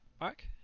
Mark